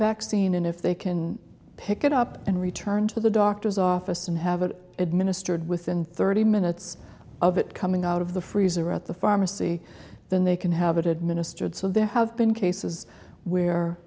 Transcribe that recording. vaccine and if they can pick it up and return to the doctor's office and have it administered within thirty minutes of it coming out of the freezer at the pharmacy then they can have it administered so there have been cases where